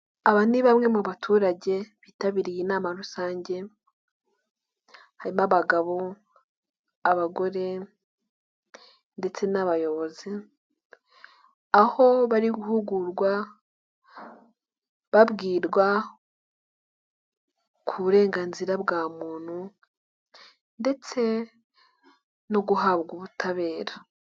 Aba ni bamwe mu baturage bitabiriye inama rusange, harimo abagabo, abagore ndetse n'abayobozi, aho bari guhugurwa babwirwa ku burenganzira bwa muntu ndetse no guhabwa ubutabera.